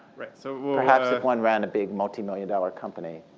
so perhaps if one ran a big, multimillion dollar company,